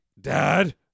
Dad